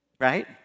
right